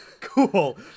cool